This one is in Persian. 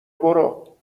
برو